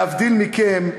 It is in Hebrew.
להבדיל מכם,